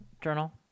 journal